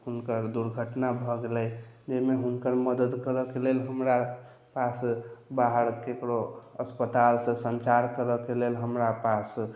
हुनकर दुर्घटना भऽ गेलै ओहिमे हुनकर मदद करऽ के लेल हमर पास बाहर केकरो अस्पताल से संचार करय के लेल हमरा पास